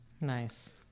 Nice